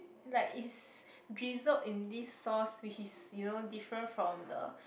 like is drizzled in this sauce which is you know different from the